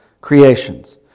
creations